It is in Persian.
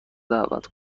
دعوت